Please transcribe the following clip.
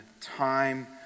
time